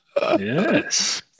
Yes